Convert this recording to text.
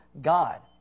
God